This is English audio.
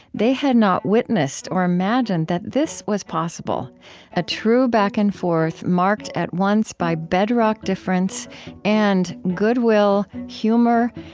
they had not witnessed or imagined that this was possible a true back and forth marked at once by bedrock difference and goodwill, humor,